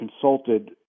consulted